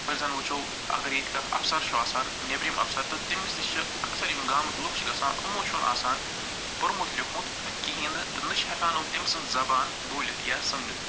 یِتھٕ پٲٹھۍ زن وُچھو اگر ییٚتہِ کانٛہہ افسر چھُ آسان نیٚبرِم افسر تہٕ تٔمِس نِش چھِ اکثر یِم گامٕکۍ لُکھ چھِ گَژھان یِمو چھُنہٕ آسان پوٚرمُت لیٛوٗکھمُت کِہیٖنٛی نہٕ تہٕ نہَ چھِ ہٮ۪کان یِم تٔمۍ سٕنٛز زبان بوٗلِتھ یا سمجِتھ